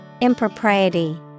Impropriety